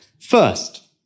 First